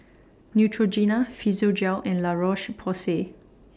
Neutrogena Physiogel and La Roche Porsay